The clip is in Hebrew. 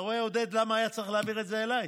אתה רואה, עודד, למה היה צריך להעביר את זה אליי?